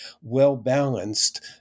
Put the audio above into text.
well-balanced